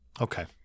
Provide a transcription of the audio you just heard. Okay